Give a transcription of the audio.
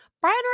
Brian